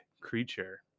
creature